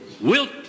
Wilt